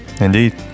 Indeed